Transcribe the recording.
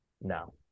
No